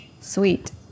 Sweet